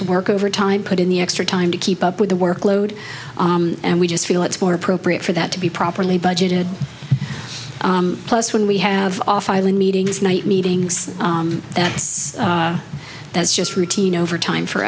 to work overtime put in the extra time to keep up with the workload and we just feel it's more appropriate for that to be properly budgeted plus when we have off island meetings night meetings that that's just routine overtime for